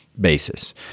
basis